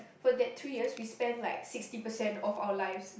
for that three years we spend like sixty percent of our lives